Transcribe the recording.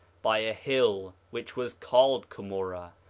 by a hill which was called cumorah,